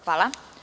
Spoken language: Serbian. Hvala.